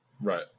Right